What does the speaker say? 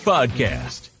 Podcast